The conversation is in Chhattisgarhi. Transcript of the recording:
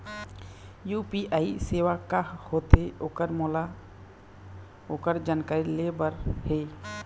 यू.पी.आई सेवा का होथे ओकर मोला ओकर जानकारी ले बर हे?